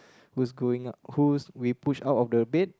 who's going out who's we push out of the bed